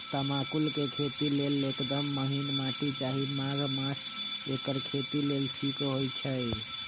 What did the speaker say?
तमाकुल के खेती लेल एकदम महिन माटी चाहि माघ मास एकर खेती लेल ठीक होई छइ